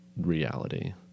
reality